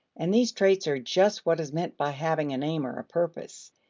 and these traits are just what is meant by having an aim or a purpose.